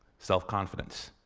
self-confidence.